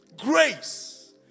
Grace